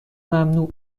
ممنوع